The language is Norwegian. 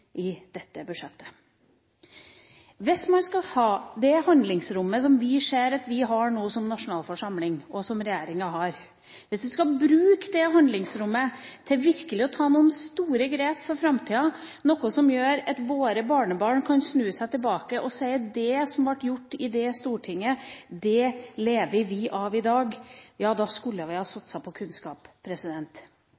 i dette budsjettet. Hvis vi skulle bruke det handlingsrommet som vi ser at vi som nasjonalforsamling nå har, og som regjeringa har, til virkelig å ta noen store grep for framtida, noe som gjør at våre barnebarn kan snu seg tilbake og si at det som ble gjort i det stortinget, det lever vi av i dag, ja, da skulle vi ha